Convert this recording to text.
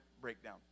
breakdown